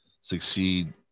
succeed